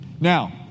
Now